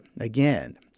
again